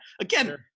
Again